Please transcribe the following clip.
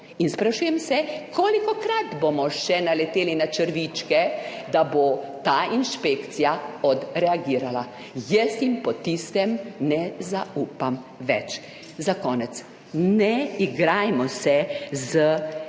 in sprašujem se, kolikokrat bomo še naleteli na črvičke, da bo ta inšpekcija odreagirala. Jaz jim po tistem ne zaupam več. Za konec, ne igrajmo se s kmetijstvom